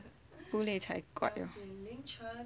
不累才怪